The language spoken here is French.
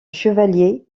chevaliers